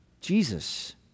Jesus